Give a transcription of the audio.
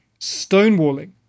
stonewalling